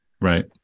Right